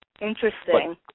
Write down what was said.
Interesting